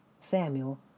Samuel